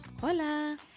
Hola